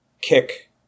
kick